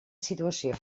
situació